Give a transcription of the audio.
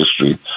history